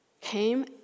came